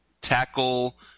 tackle